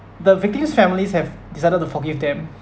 the victims' families have decided to forgive them